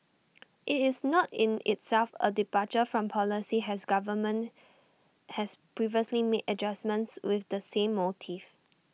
IT is not in itself A departure from policy has government has previously made adjustments with the same motive